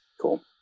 Cool